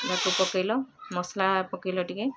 ତାକୁ ପକେଇଲ ମସଲା ପକେଇଲ ଟିକେ